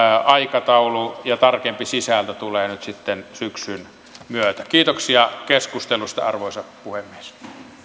aikataulu ja tarkempi sisältö tulevat nyt sitten syksyn myötä kiitoksia keskustelusta arvoisa puhemies